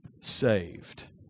saved